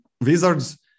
wizards